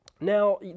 Now